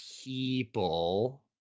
People